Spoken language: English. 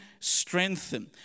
Strengthen